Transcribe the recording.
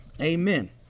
Amen